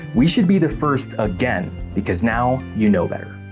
we should be the first again, because now, you know better.